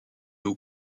aux